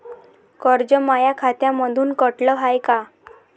कर्ज माया खात्यामंधून कटलं हाय का?